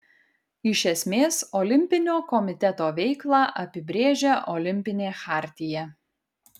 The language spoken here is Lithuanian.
iš esmės olimpinio komiteto veiklą apibrėžia olimpinė chartija